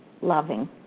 loving